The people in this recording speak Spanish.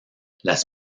las